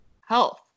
health